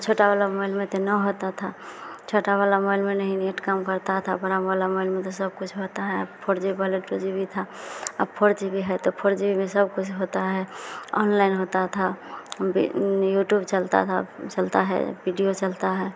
छोटा वाला मोबइल में तो ना होता था छोटा वाला मोबइल में नहीं नेट काम करता था बड़ा वाला मोबइल में तो सब कुछ होता है अब फोर जी पहले टू जी बी था अब फोर जी बी है तो फोर जी बी में सब कुछ होता है ऑनलाइन होता था यूटूब चलता था चलता है वीडियो चलता है